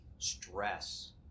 stress